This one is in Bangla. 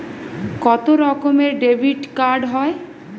কত রকমের ডেবিটকার্ড হয়?